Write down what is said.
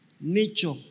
Nature